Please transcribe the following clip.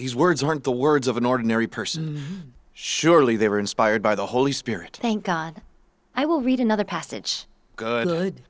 these words aren't the words of an ordinary person surely they were inspired by the holy spirit thank god i will read another passage